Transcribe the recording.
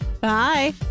Bye